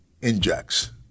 Injects